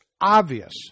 obvious